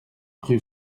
rue